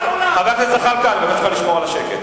גם לעולם,